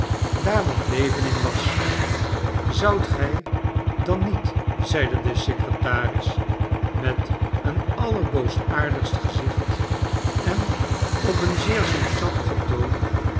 daar wat leven in was zoudt gij dan niet zeide de secretaris met een allerboosaardigst gezicht en op een zeer zoetsappigen toon